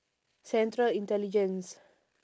central intelligence